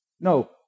No